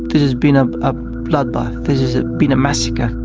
this has been a ah bloodbath, this has has been a massacre.